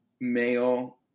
male